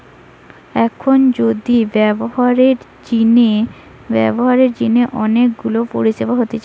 এখন বেশি ব্যবহারের জিনে অনেক গুলা পরিষেবা হতিছে